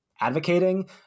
advocating